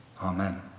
Amen